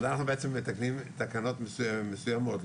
אנחנו בעצם מתקנים תקנות מסוימות.